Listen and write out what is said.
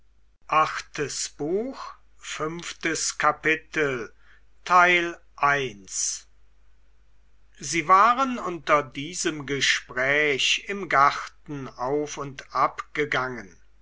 sie waren unter diesem gespräch im garten auf und ab